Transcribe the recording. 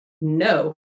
No